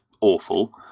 awful